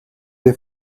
they